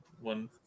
one